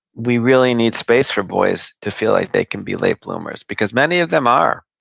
we really need space for boys to feel like they can be late bloomers, because many of them are.